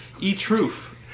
E-Truth